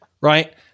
Right